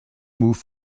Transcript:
move